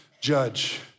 judge